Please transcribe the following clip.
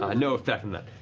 ah no effect on that.